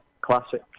classic